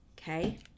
Okay